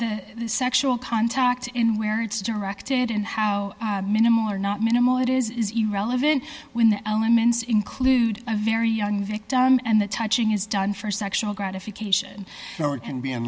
that the sexual contact in where it's directed and how minimal or not minimal it is is irrelevant when the elements include a very young victim and the touching is done for sexual gratification so it can be